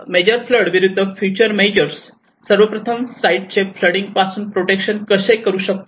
सर्वप्रथम साईटचे फ्लडिंग पासून प्रोटेक्शन कसे करू शकतो